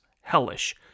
hellish